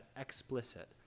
explicit